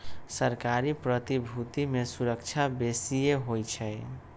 सरकारी प्रतिभूति में सूरक्षा बेशिए होइ छइ